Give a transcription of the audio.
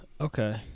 okay